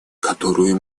которую